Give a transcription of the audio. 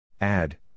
Add